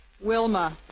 Wilma